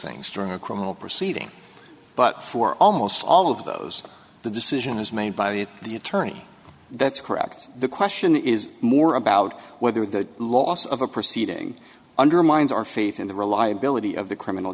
things during a criminal proceeding but for almost all of those the decision is made by the attorney that's correct the question is more about whether the loss of a proceeding undermines our faith in the reliability of the criminal